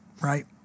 right